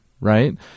right